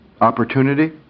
opportunity